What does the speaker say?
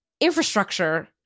infrastructure